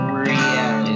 reality